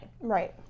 Right